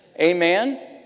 Amen